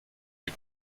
die